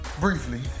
briefly